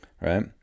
Right